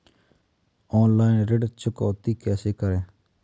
Online ऋण चुकौती कैसे करें?